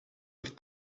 have